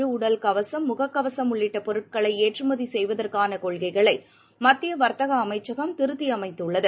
Covid உடல் கவசம் முகக் கவசம் உள்ளிட்டபொருட்களைஏற்றுமதிசெய்வதற்கானகொள்கைளைமத்தியவர்த்தகஅமைச்சகம் திருத்தியமைத்துள்ளது